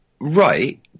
right